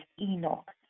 Enoch